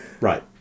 Right